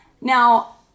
Now